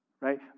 Right